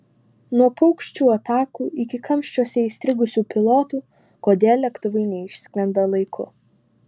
nuo paukščių atakų iki kamščiuose įstrigusių pilotų kodėl lėktuvai neišskrenda laiku